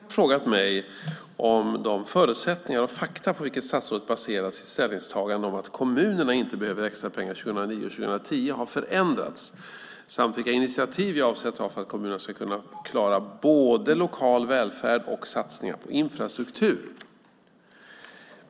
Herr talman! Monica Green har frågat mig om de förutsättningar och fakta på vilka jag baserat mitt ställningstagande om att kommunerna inte behöver extra pengar 2009 och 2010 har förändrats samt vilka initiativ jag avser att ta för att kommunerna ska kunna klara både lokal välfärd och satsningar på infrastruktur.